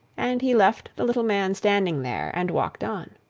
and he left the little man standing there, and walked on.